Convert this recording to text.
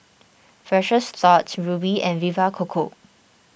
Precious Thots Rubi and Vita Coco